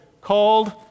called